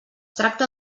tracta